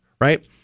right